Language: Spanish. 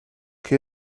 que